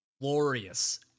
Glorious